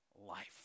life